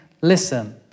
listen